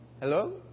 Hello